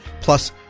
Plus